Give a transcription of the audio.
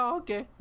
okay